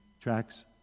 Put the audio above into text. tracks